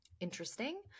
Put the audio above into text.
interesting